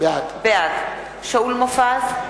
בעד שאול מופז,